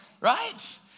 right